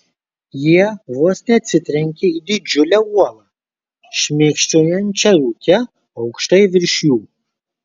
jie vos neatsitrenkė į didžiulę uolą šmėkščiojančią rūke aukštai virš jų